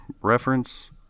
reference